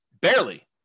barely